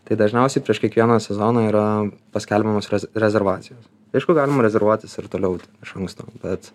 tai dažniausiai prieš kiekvieną sezoną yra paskelbiamos rezervacijos aišku galima rezervuotis ir toliau iš anksto bet